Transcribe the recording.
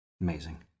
Amazing